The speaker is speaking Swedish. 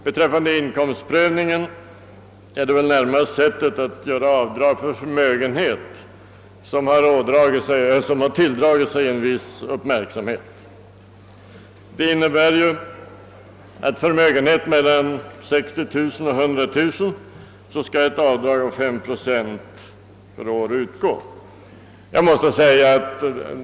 Beträffande inkomstprövningen är det väl närmast sättet att göra avdrag för förmögenhet som ådragit sig en viss uppmärksamhet. Förslaget innebär att 5 procent per år på förmögenhet mellan 60 000 och 100 000 kronor skall dras av.